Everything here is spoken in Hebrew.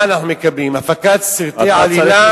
הפקת סרטי עלילה